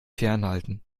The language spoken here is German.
fernhalten